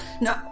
No